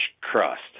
crust